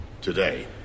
today